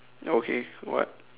okay what